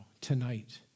tonight